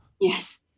Yes